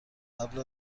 قبل